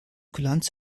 kulanz